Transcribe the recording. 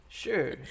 Sure